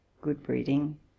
good-breeding